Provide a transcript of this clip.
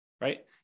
right